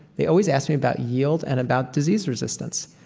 they always ask me about yield and about disease resistance.